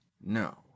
no